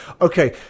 Okay